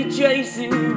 chasing